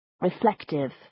reflective